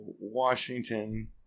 Washington